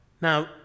Now